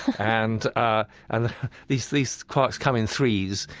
and ah and these these quarks come in threes,